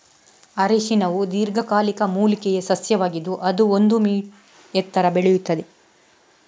ಅರಿಶಿನವು ದೀರ್ಘಕಾಲಿಕ ಮೂಲಿಕೆಯ ಸಸ್ಯವಾಗಿದ್ದು ಅದು ಒಂದು ಮೀ ಎತ್ತರ ಬೆಳೆಯುತ್ತದೆ